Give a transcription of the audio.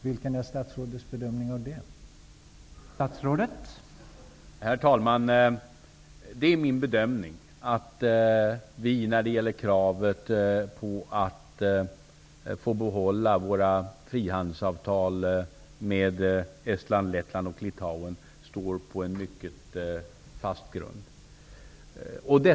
Vilken bedömning gör statsrådet i det avseendet?